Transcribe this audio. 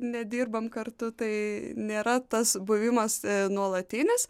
nedirbam kartu tai nėra tas buvimas nuolatinis